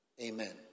Amen